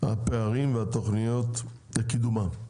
הפערים והתוכניות לקידומם.